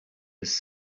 his